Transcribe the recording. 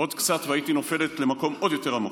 עוד קצת והייתי נופלת למקום עוד יותר עמוק,